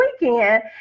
weekend